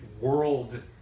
world